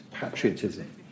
patriotism